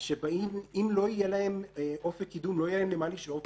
שבאים אם לא יהיה להם אופק קידום ולא יהיה להם למה לשאוף,